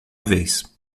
vez